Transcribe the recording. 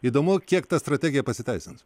įdomu kiek ta strategija pasiteisins